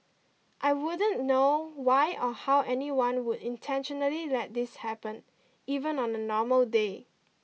I wouldn't know why or how anyone would intentionally let this happen even on a normal day